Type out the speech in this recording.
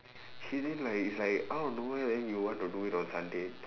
she didn't like it's like out of nowhere then you will want to do it on sunday